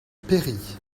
péri